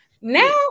Now